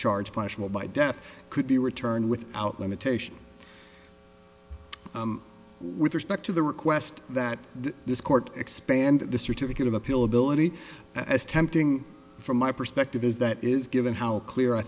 charge punishable by death could be returned without limitation with respect to the request that this court expand the certificate of appeal ability as tempting from my perspective is that is given how clear i